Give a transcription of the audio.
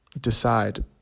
decide